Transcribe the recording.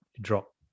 drop